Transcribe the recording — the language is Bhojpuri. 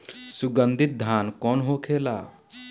सुगन्धित धान कौन होखेला?